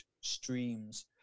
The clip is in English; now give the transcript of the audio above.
streams